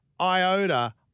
iota